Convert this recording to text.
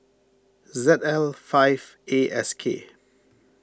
Z L five A S K